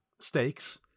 stakes